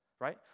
right